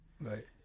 right